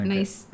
Nice